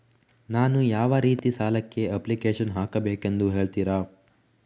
ನಾನು ಯಾವ ರೀತಿ ಸಾಲಕ್ಕೆ ಅಪ್ಲಿಕೇಶನ್ ಹಾಕಬೇಕೆಂದು ಹೇಳ್ತಿರಾ?